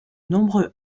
nombreux